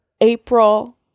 April